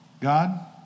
God